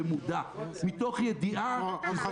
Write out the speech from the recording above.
במודע מתוך ידיעה -- עוד חצי דקה.